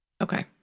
okay